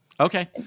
Okay